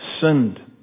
sinned